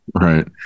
Right